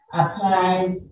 applies